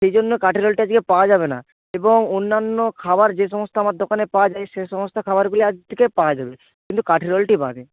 সেই জন্য কাঠি রোলটা আজকে পাওয়া যাবে না এবং অন্যান্য খাবার যে সমস্ত আমার দোকানে পাওয়া যায় সেই সমস্ত খাবারগুলি আজ থেকে পাওয়া যাবে কিন্তু কাঠি রোলটি বাদে